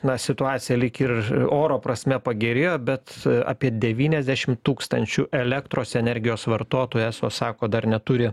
na situacija lyg ir oro prasme pagerėjo bet apie devyniasdešim tūkstančių elektros energijos vartotojų eso sako dar neturi